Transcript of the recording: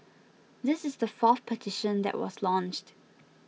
this is the fourth petition that was launched